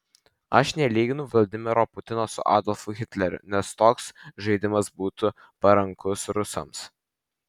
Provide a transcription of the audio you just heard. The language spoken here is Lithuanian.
aš nelyginu vladimiro putino su adolfu hitleriu nes toks žaidimas būtų parankus rusams